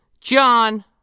John